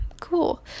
Cool